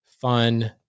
fun